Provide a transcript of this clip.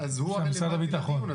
משרד הביטחון.